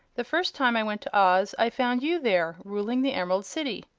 the first time i went to oz i found you there, ruling the emerald city.